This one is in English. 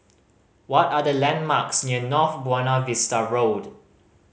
what are the landmarks near North Buona Vista Road